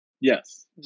Yes